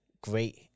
great